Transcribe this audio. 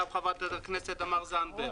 כך אמרה גם חברת הכנסת תמר זנדברג.